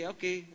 Okay